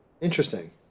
Interesting